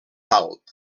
alt